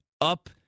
up